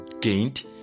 gained